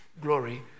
glory